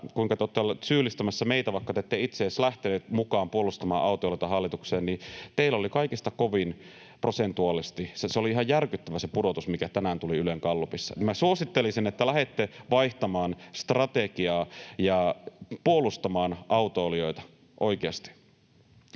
kuinka olette olleet syyllistämässä meitä ettekä itse edes lähteneet mukaan puolustamaan autoilijoita hallitukseen, teillä oli kaikista kovin pudotus prosentuaalisesti. Se oli ihan järkyttävä, mikä tänään tuli Ylen gallupissa. Minä suosittelisin, että lähdette vaihtamaan strategiaa ja puolustamaan autoilijoita, oikeasti.